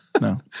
No